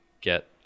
get